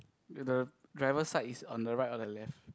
the driver side is on the right or the left